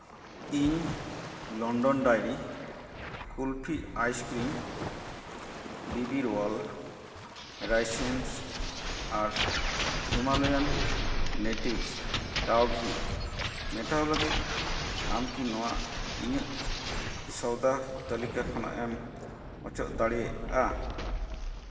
ᱤᱧ London Dairy kulfi ice cream ᱵᱤᱵᱤᱨᱚᱞ raisins ᱟᱨ ᱦᱤᱢᱟᱞᱚᱭᱟᱱ ᱱᱮᱴᱤᱵᱷ ᱠᱟᱣ ᱜᱷᱤ ᱢᱮᱴᱟᱣ ᱞᱟᱹᱜᱤᱫ ᱟᱢᱠᱤ ᱱᱚᱣᱟ ᱤᱧᱟᱹᱜ ᱥᱚᱭᱫᱟ ᱛᱟᱹᱞᱤᱠᱟ ᱠᱷᱚᱱᱟᱜ ᱮᱢ ᱚᱪᱚᱜ ᱫᱟᱲᱮᱭᱟᱜᱼᱟ